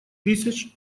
тысяч